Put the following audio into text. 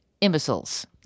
imbeciles